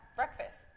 breakfast